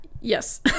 Yes